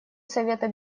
совета